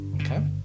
Okay